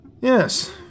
Yes